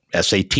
SAT